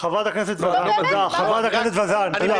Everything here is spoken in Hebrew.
חברת הכנסת וזאן, תודה.